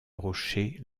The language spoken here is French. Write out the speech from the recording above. rocher